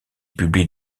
publie